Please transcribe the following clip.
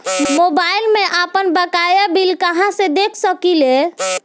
Mobile में आपनबकाया bill कहाँसे देख सकिले?